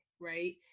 right